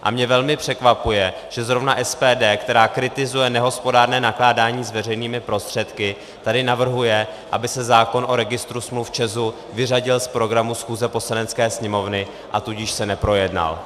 A mě velmi překvapuje, že zrovna SPD, která kritizuje nehospodárné nakládání s veřejnými prostředky, tady navrhuje, aby se zákon o registru smluv ČEZu vyřadil z programu schůze Poslanecké sněmovny, a tudíž se neprojednal.